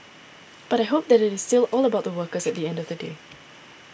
but I hope that it is still all about the workers at the end of the day